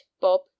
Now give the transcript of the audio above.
Bob